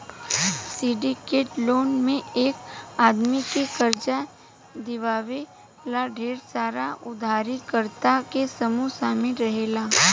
syndicate loan में एक आदमी के कर्जा दिवावे ला ढेर सारा उधारकर्ता के समूह शामिल रहेला